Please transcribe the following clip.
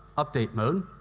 update mode.